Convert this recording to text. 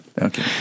Okay